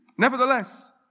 Nevertheless